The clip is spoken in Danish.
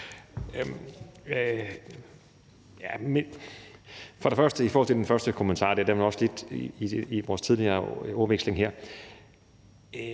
I forhold til den første kommentar, også i forhold til vores ordveksling her: